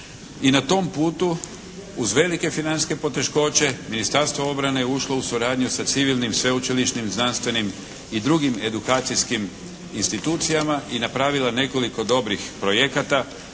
i na tom putu uz velike financijske poteškoće Ministarstvo obrane je ušlo u suradnju sa civilnim, sveučilišnim i znanstvenim i drugim edukacijskim institucijama i napravila nekoliko dobrih projekata